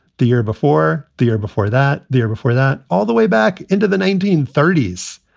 the year before. the year before that, the year before that, all the way back into the nineteen thirty s.